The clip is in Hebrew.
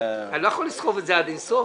אני לא יכול לסחוב את זה עד אין סוף.